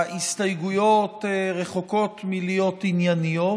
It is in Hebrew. ההסתייגויות רחוקות מלהיות ענייניות.